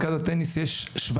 בטניס המקצועני המצב לא איי-איי-איי,